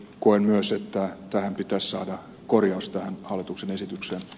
koen myös että pitäisi saada korjaus tähän hallituksen esitykseen